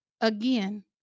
again